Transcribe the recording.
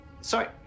Sorry